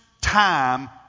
time